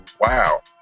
wow